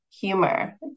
humor